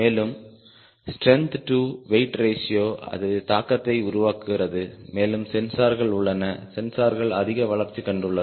மேலும் strength to weight ரேஷியோவில் அது தாக்கத்தை உருவாக்குகிறது மேலும் சென்சார்கள் உள்ளன சென்சார்கள் அதிக வளர்ச்சி கண்டுள்ளது